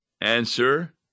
Answer